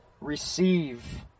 receive